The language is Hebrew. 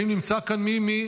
לא.